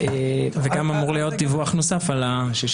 כרגע לא.